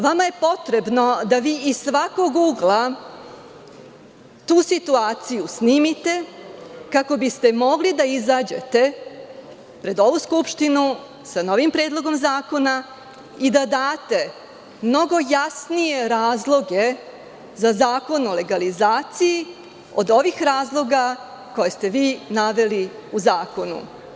Vama je potrebno da vi iz svakog ugla tu situaciju snimite, kako biste mogli da izađete pred ovu skupštinu sa novim Predlogom zakona, i da date mnogo jasnije razloge za zakon o legalizaciji od ovih razloga koje ste vi naveli u zakonu.